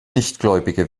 nichtgläubige